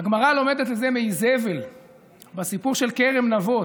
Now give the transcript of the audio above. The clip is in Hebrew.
הגמרא לומדת את זה מאיזבל בסיפור של כרם נבות.